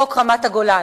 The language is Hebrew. חוק רמת-הגולן,